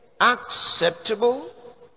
acceptable